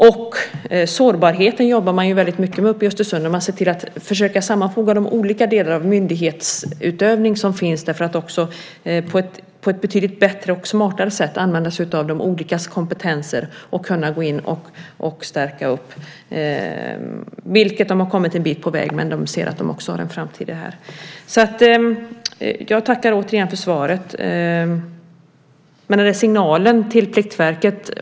Och sårbarheten jobbar man mycket med uppe i Östersund. Man försöker sammanfoga de olika delarna av myndighetsutövning som finns för att på ett betydligt bättre och smartare sätt använda sig av de olika kompetenserna och kunna göra förstärkningar. Man har kommit en bit på väg med detta. Jag tackar återigen för svaret. Men jag har inte uppfattat signalen till Pliktverket.